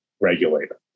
regulator